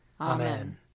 Amen